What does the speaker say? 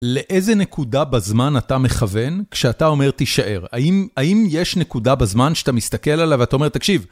שלום מדריכים יקרים הגיע הזמן לדבר על המצב